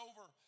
over